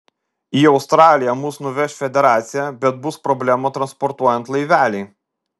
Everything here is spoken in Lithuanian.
į australiją mus nuveš federacija bet bus problemų transportuojant laivelį